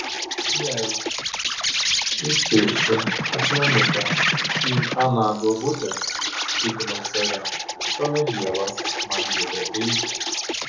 jei įspirsiu akmenuką į aną duobutę tikinau save tuomet dievas man liepia eiti